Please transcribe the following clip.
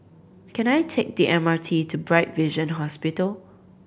can I take the M R T to Bright Vision Hospital